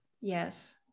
Yes